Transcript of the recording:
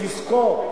תזכור,